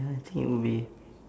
ya I think it would be